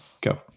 go